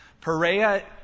Perea